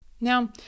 Now